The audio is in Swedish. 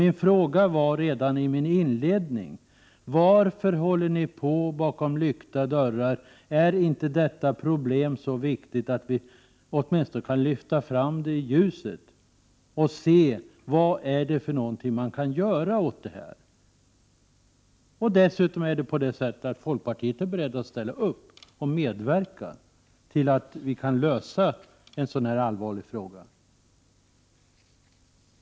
Min fråga var redan i inledningsanförandet: Varför håller ni på bakom lyckta dörrar? Är inte detta problem så viktigt att vi åtminstone kan lyfta fram det i ljuset och se vad det är man kan göra åt det? Dessutom är folkpartiet berett att ställa upp och medverka till att försöka lösa en sådan här allvarig fråga.